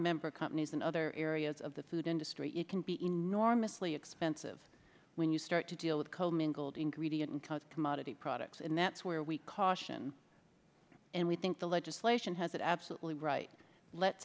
member companies and other areas of the food industry it can be enormously expensive when you start to deal with commingled ingredient because commodity products and that's where we caution and we think the legislation has it absolutely right let's